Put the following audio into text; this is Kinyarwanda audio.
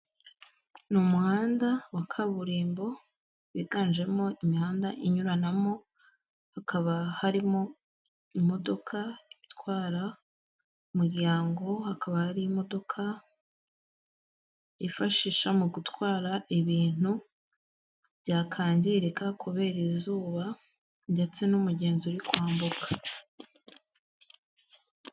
Ni umuhanda wa kaburimbo wiganjemo imihanda inyuranamo hakaba harimo imodoka itwara umuryango, hakaba hari imodoka yifashisha mu gutwara ibintu byakangirika kubera izuba ndetse n'umugenzi uri kwambuka.